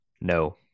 No